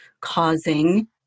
causing